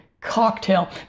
cocktail